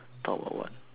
talk about what